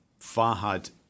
Farhad